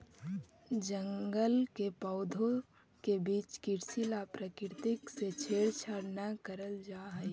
जंगल के पौधों के बीच कृषि ला प्रकृति से छेड़छाड़ न करल जा हई